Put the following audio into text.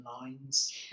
lines